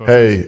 Hey